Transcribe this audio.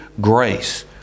grace